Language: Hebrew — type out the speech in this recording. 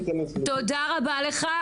תודה רבה לך.